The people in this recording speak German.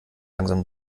langsam